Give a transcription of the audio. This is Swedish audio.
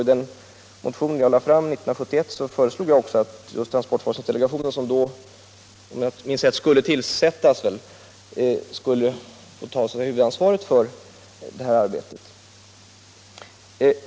I den motion jag lade fram 1971 föreslog jag att transportforskningsdelegationen som, om jag minns rätt, just då skulle tillsättas fick ta huvudansvaret för det här arbetet.